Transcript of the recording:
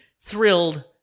thrilled-